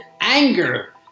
anger